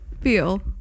feel